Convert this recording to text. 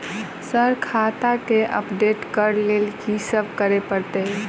Sir खाता केँ update करऽ लेल की सब करै परतै?